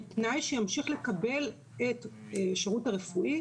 בתנאי שימשיך לקבל את השירות הרפואי,